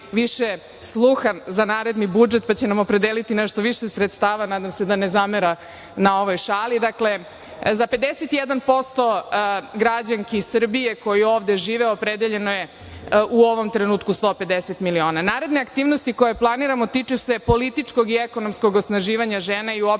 više sluha za naredni budžet, pa će nam opredeliti nešto više sredstava, nadam se da ne zamera na ovoj šali. Dakle, za 51% građanki Srbije koje ovde žive opredeljeno je u ovom trenutku 150 miliona. Naredne aktivnosti koje planiramo tiču se političkog i ekonomskog osnaživanja žena i uopšte